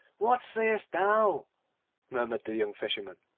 what sayest thou murmured the young fisherman.